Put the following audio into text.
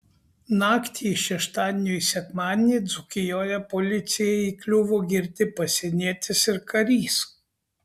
naktį iš šeštadienio į sekmadienį dzūkijoje policijai įkliuvo girti pasienietis ir karys